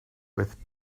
with